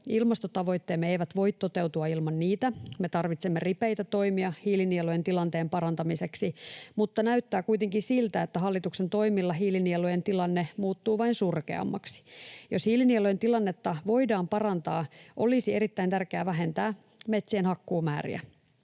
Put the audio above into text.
Ilmastotavoitteemme eivät voi toteutua ilman niitä. Me tarvitsemme ripeitä toimia hiilinielujen tilanteen parantamiseksi, mutta näyttää kuitenkin siltä, että hallituksen toimilla hiilinielujen tilanne muuttuu vain surkeammaksi. Jotta hiilinielujen tilannetta voidaan parantaa, olisi erittäin tärkeää vähentää metsien hakkuumääriä.